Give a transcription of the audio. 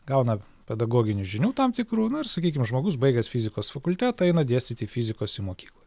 gauna pedagoginių žinių tam tikrų na ir sakykim žmogus baigęs fizikos fakultetą eina dėstyti fizikos į mokyklą